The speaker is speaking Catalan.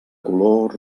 color